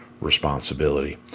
responsibility